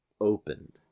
opened